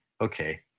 okay